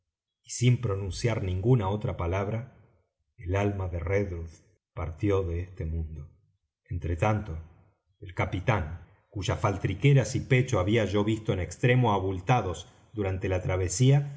sin pronunciar ninguna otra palabra el alma de redruth partió de este mundo entre tanto el capitán cuyas faltriqueras y pecho había yo visto en extremo abultados durante la travesía